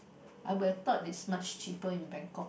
I would have thought it's much cheaper in Bangkok